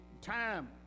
time